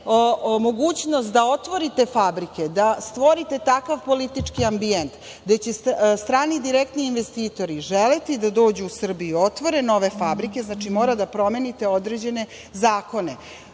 mogućnost da otvorite fabrike, da stvorite takav politički ambijent gde će strani, direktni investitori želeti da dođu u Srbiju, otvore nove fabrike, znači mora da promenite određene zakone. Mi